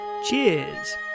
Cheers